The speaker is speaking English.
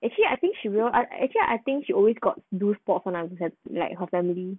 actually I think she will I actually I think she always got do sports [one] lah like her family